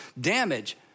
damage